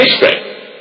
history